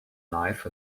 knife